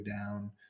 down